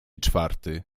czwarty